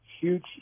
Huge